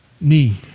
need